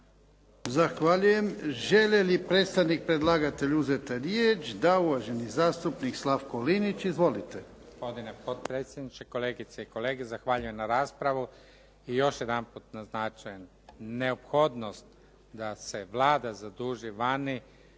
Zahvaljujem. Želi li predstavnik predlagatelja uzeti riječ? Da. Uvaženi zastupnik Slavko Linić. Izvolite. **Linić, Slavko (SDP)** Gospodine potpredsjedniče, kolegice i kolege. Zahvaljujem na raspravi. I još jedanput naznačujem, neophodnost da se Vlada zaduži vani